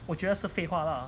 我觉得是废话 lah